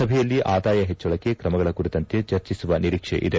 ಸಭೆಯಲ್ಲಿ ಆದಾಯ ಹೆಚ್ಚಳಕ್ಕೆ ಕ್ರಮಗಳ ಕುರಿತಂತೆ ಚರ್ಚಿಸುವ ನಿರೀಕ್ಷೆ ಇದೆ